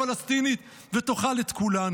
כולל